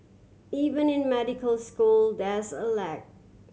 even in medical school there's a lag